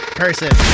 person